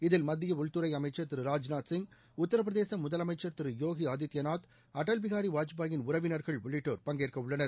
இதில் மத்திய உள்துறை அமைக்கா் திரு ராஜ்நாத்சிய் உத்திரபிரதேச முதலமைக்கா் திரு யோகி ஆதித்யநாத் அடல் பிஹாரி வாஜ்பாயின் உறவினர்கள் உள்ளிட்டோர் பங்கேற்க உள்ளனர்